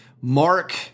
mark